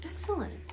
Excellent